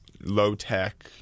low-tech